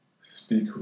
speak